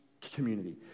community